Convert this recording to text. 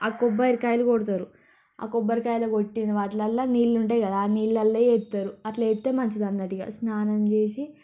ఆ కొబ్బరికాయలు కొడతారు ఆ కొబ్బరికాయల కొట్టిన వాటిల్లో నీళ్ళు ఉంటాయి కదా ఆ నీళ్ళలోనే వేస్తారు అట్లా వేస్తే మంచిది అన్నట్టుగా స్నానం చేసి